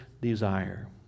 desire